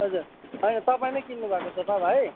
हजुर होइन तपाईँले किन्नु भएको सोफा भाइ